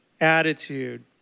attitude